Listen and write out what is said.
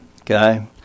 okay